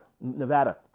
Nevada